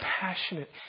passionate